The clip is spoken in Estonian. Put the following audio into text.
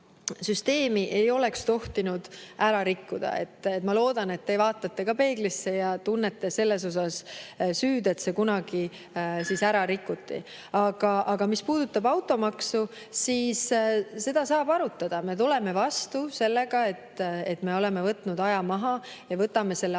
ei oleks tohtinud ära rikkuda. Ma loodan, et te vaatate ka peeglisse ja tunnete selles osas süüd, et see kunagi ära rikuti. Mis puudutab automaksu, siis seda saab arutada. Me tuleme vastu sellega, et me oleme võtnud aja maha. Võtame selle